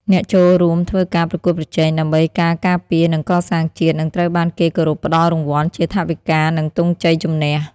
អ្នកចូលរួមធ្វើការប្រកួតប្រជែង ដើម្បីការ ការពារ និង កសាងជាតិ នឹងត្រូវបានគេគោរពផ្តល់រង្វាន់ជាថវិការនិងទង់ជ័យជំនះ។